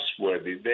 trustworthy